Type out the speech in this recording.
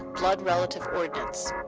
blood relative ordinance.